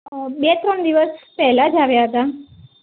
અ બે ત્રણ દિવસ પહેલાં જ આવ્યા હતા